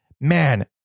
man